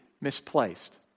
misplaced